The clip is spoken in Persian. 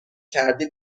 کردی